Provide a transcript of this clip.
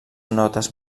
notes